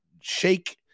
shake